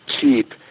cheap